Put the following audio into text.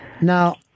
Now